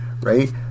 right